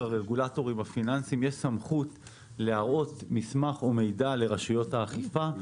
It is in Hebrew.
הרגולטורים הפיננסיים שיש סמכות להראות מסמך או מידע לרשויות האכיפה.